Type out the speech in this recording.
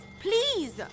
Please